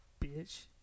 Bitch